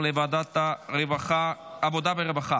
אין לי בעיה לרשום אותו.